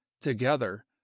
Together